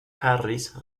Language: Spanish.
harris